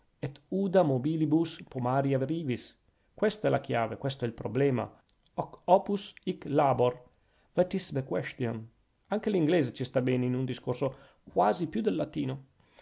et uda mobilibus pomaria rivis questa è la chiave questo è il problema hoc opus hic labor that is the question anche l'inglese ci sta bene in un discorso quasi più del latino